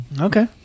Okay